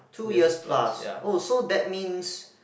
two years plus oh so that means